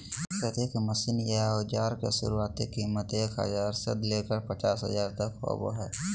खेती के मशीन या औजार के शुरुआती कीमत एक हजार से लेकर पचास हजार तक होबो हय